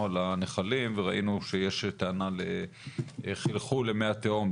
על הנחלים וראינו שיש טענה לחלחול למי התהום.